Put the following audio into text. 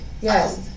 Yes